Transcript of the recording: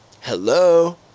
hello